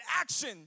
action